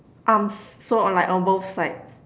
arms so on like on both sides